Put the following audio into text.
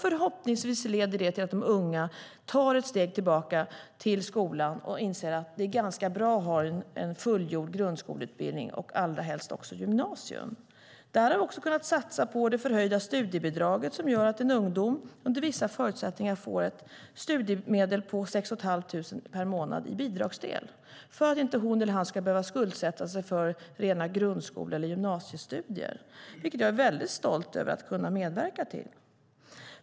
Förhoppningsvis leder det till att de unga tar ett steg tillbaka till skolan och inser att det är ganska bra att ha en fullgjord grundskoleutbildning och allra helst också gymnasium. Där har vi också kunnat satsa på det förhöjda studiebidraget, som gör att en ungdom under vissa förutsättningar får ett studiemedel på 6 500 per månad i bidragsdel för att inte hon eller han ska behöva skuldsätta sig för rena grundskole eller gymnasiestudier, vilket jag är väldigt stolt över att kunna medverka till.